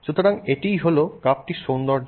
সুতরাং এটিই হলো কাপটির সৌন্দর্য